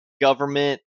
government